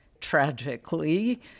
tragically